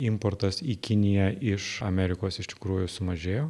importas į kiniją iš amerikos iš tikrųjų sumažėjo